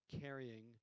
carrying